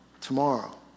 tomorrow